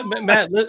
Matt